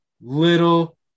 little